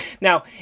Now